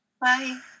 Bye